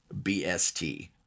BST